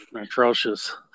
atrocious